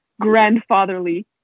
grandfatherly